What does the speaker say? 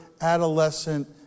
adolescent